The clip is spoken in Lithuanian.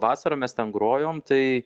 vasarą mes ten grojom tai